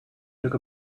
took